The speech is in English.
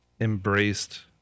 embraced